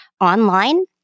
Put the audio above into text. online